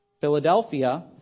Philadelphia